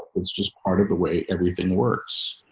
it's just part of the way everything works.